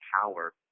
power